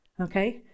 okay